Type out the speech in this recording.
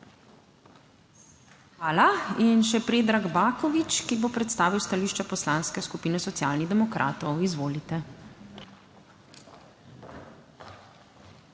Hvala. In še Predrag Baković, ki bo predstavil stališče Poslanske skupine Socialnih demokratov, izvolite.